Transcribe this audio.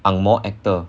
ang moh actor